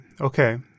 Okay